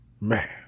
Man